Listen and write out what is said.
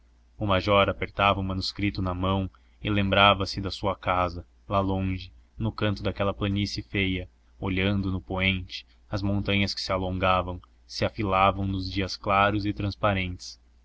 o major apertava o manuscrito na mão e lembrava-se da sua casa lá longe no canto daquela planície feia olhando no poente as montanhas que se alongavam se afilavam nos dias claros e transparentes